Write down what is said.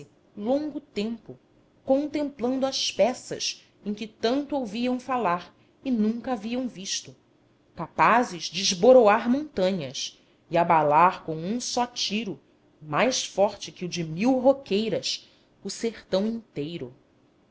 longo tempo contemplando as peças em que tanto ouviam falar e nunca haviam visto capazes de esboroar montanhas e abalar com um só tiro mais forte que o de mil roqueiras o sertão inteiro